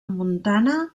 montana